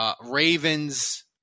Ravens